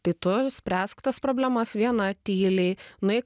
tai tu spręsk tas problemas viena tyliai nueik